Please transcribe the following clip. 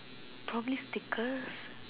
probably stickers